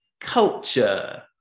culture